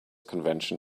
convention